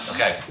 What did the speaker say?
Okay